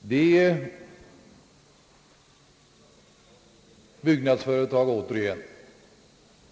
När det återigen gäller byggnadsföretag,